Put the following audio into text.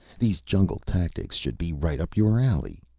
these jungle tactics should be right up your alley.